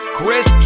Chris